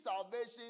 salvation